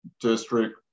district